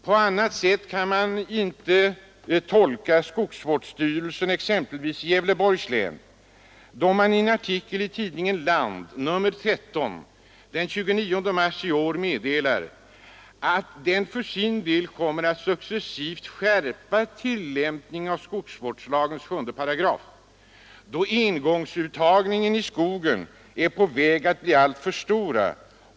På annat sätt kan man exempelvis inte tolka skogsvårdsstyrelsen i Gävle då denna i en artikel i tidningen Land — nr 13 den 29 mars i år — meddelar att den för sin del kommer att successivt skärpa tillämpningen av skogsvårdslagens 7 §, då engångsuttagen i skogarna är på väg att bli alltför stora.